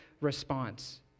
response